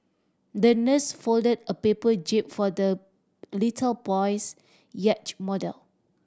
the nurse folded a paper jib for the little boy's yacht model